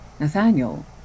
Nathaniel